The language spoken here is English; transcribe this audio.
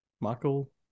Michael